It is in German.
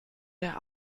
der